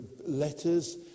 letters